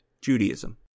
Judaism